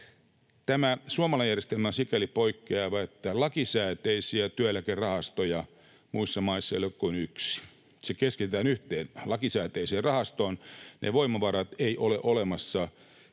Tämä suomalainen järjestelmä on sikäli poikkeava, että muissa maissa lakisääteisiä työeläkerahastoja ei ole kuin yksi. Ne voimavarat keskitetään yhteen lakisääteiseen rahastoon, ei ole olemassa